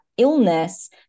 illness